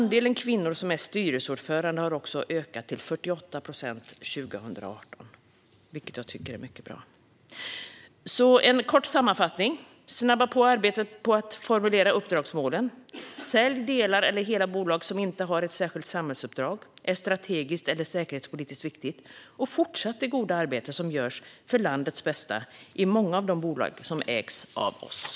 Andelen kvinnor som är styrelseordförande ökade till 48 procent 2018, vilket jag tycker är mycket bra. En kort sammanfattning: Snabba på arbetet med att formulera uppdragsmålen, sälj delar av eller hela bolag som inte har ett särskilt samhällsuppdrag, och som inte är strategiskt eller säkerhetspolitiskt viktiga, och fortsätt det goda arbete som görs för landets bästa i många av de bolag som ägs av oss!